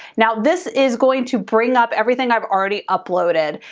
now this is going to bring up everything i've already uploaded.